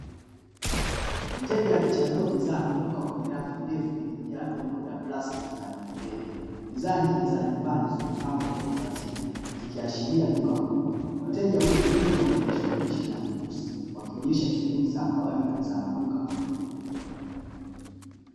Mteja akichagua bidhaa kutoka kwenye rafu ndefu iliyojaa vyombo vya plastiki na vinginevyo, bidhaa nyingi za nyumbani zilizopangwa kwa utaratibu zikiashiria duka kubwa. Wateja wengi pia wanajishughulisha na uchuuzi wakionyesha shughuli za kawaida za maduka makubwa.